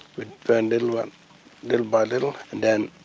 we burn little and little by little and then,